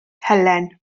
helen